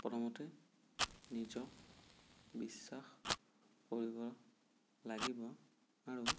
প্ৰথমতে নিজক বিশ্বাস কৰিব লাগিব আৰু